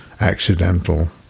accidental